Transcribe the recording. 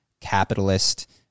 capitalist